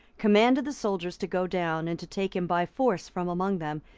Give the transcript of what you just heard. commanded the soldiers to go down, and to take him by force from among them,